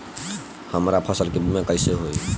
हमरा फसल के बीमा कैसे होई?